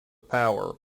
power